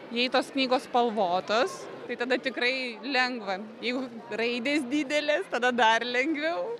jei tos knygos spalvotos tai tada tikrai lengva jeigu raidės didelės tada dar lengviau